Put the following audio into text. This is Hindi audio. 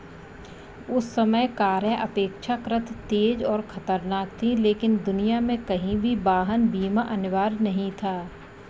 उस समय कारें अपेक्षाकृत तेज और खतरनाक थीं, लेकिन दुनिया में कहीं भी वाहन बीमा अनिवार्य नहीं था